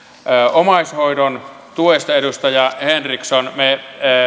omaishoidon tuesta edustaja henriksson